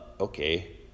okay